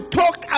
talk